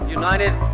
united